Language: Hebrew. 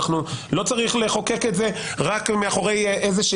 לא צריך לחוקק את זה על ה-70%.